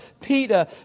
Peter